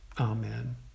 Amen